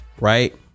right